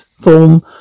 form